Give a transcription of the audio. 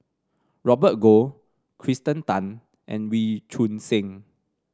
Robert Goh Kirsten Tan and Wee Choon Seng